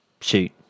Shoot